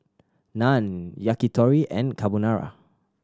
Naan Yakitori and Carbonara